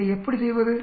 இதை எப்படி செய்வது